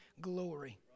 glory